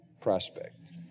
prospect